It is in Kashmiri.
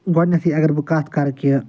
گۄڈنٮ۪تھٕے اگر بہٕ کتھ کَرٕ کہِ